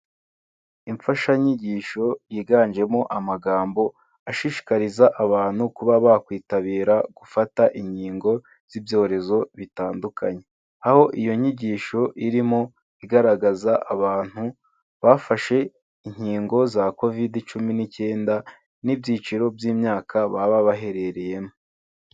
Imfashanyigisho yiganjemo amagambo ashishikariza abantu kuba bakwitabira gufata inkingo z'ibyorezo bitandukanye, aho iyo nyigisho irimo igaragaza abantu bafashe inkingo za Kovide cumi n'icyenda n'ibyiciro by'imyaka baba baherereyemo.